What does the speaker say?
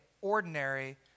ordinary